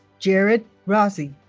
jarrett rozzi